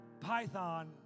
python